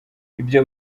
ibyo